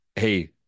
hey